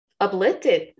uplifted